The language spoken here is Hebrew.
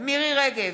מירי מרים רגב,